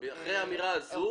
אחרי האמירה הזו,